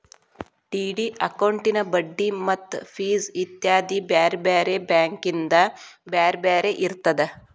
DD ಅಕೌಂಟಿನ್ ಬಡ್ಡಿ ಮತ್ತ ಫಿಸ್ ಇತ್ಯಾದಿ ಬ್ಯಾರೆ ಬ್ಯಾರೆ ಬ್ಯಾಂಕಿಂದ್ ಬ್ಯಾರೆ ಬ್ಯಾರೆ ಇರ್ತದ